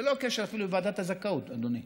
ללא קשר אפילו לוועדת הזכאות, אדוני.